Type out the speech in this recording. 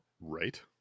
right